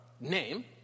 name